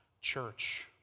church